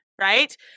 right